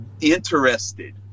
interested